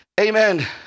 amen